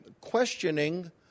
questioning